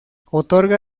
otorga